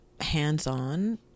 hands-on